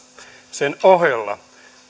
sen ohella